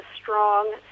strong